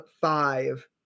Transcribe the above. five